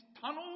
tunnel